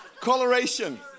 Coloration